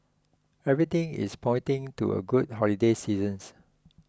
everything is pointing to a good holiday seasons